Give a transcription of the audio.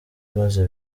maze